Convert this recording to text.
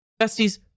Besties